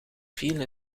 viel